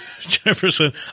Jefferson